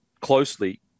closely